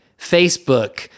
Facebook